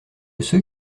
ceux